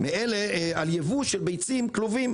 על ייבוא של ביצים מכלובים.